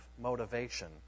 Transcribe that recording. motivation